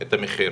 את המחיר.